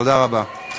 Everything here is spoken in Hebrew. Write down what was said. תודה רבה.